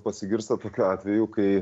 pasigirsta tokių atvejų kai